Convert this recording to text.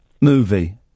movie